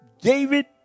David